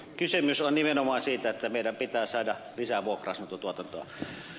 kysymys on nimenomaan siitä että meidän pitää saada lisää vuokra asuntotuotantoa